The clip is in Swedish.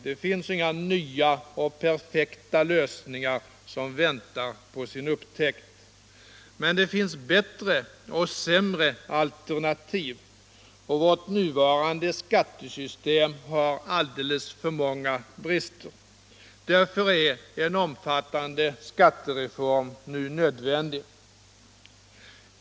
Det finns inga nya och perfekta lösningar som väntar på sin upptäckt. Men det finns bättre och sämre alternativ, och vårt nuvarande skattesystem har alldeles för många brister. Därför är en omfattande skattereform nödvändig.